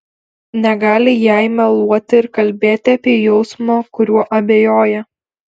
negali jai meluoti ir kalbėti apie jausmą kuriuo abejoja